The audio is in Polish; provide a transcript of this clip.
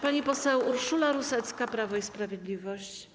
Pani poseł Urszula Rusecka, Prawo i Sprawiedliwość.